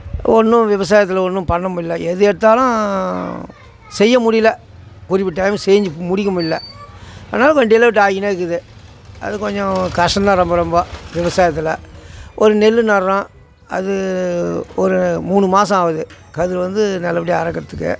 ஒன்றும் விவசாயத்தில் ஒன்றும் பண்ண முடில்ல எது எடுத்தாலும் செய்ய முடியல குறிப்பிட்ட டைம்க்கு செஞ்சு முடிக்க முடியல அதனால் கொஞ்சம் டிலே ஆகிக்கினே இருக்குது அது கொஞ்சம் கஷ்டந்தான் ரொம்ப ரொம்ப விவசாயத்தில் ஒரு நெல் நடுறோம் அது ஒரு மூணு மாசம் ஆகுது கதிர் வந்து நல்லபடியாக அறுக்குறதுக்கு